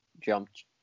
jumped